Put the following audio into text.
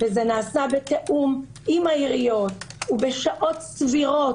וזה נעשה בתיאום עם העיריות ובשעות סבירות.